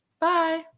Bye